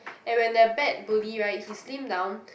and when the bad bully right he slim down